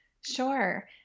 Sure